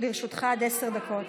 לרשותך עד עשר דקות.